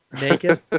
Naked